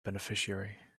beneficiary